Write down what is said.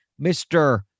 Mr